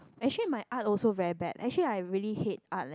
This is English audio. actually my Art also very bad actually I really hate Art leh